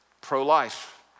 pro-life